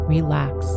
Relax